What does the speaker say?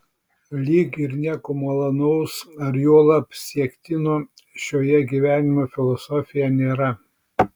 lyg ir nieko malonaus ar juolab siektino šioje gyvenimo filosofijoje nėra